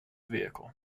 vehicle